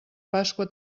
pasqua